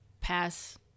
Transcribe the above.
pass